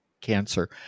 cancer